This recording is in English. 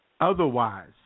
Otherwise